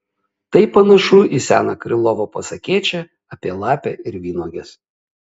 tai panašu į seną krylovo pasakėčią apie lapę ir vynuoges